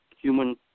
human